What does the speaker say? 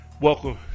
welcome